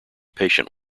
patient